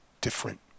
different